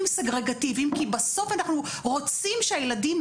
שאגרגטיביים כי בסוף אנחנו רוצים שהילדים,